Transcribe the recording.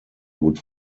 would